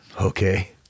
okay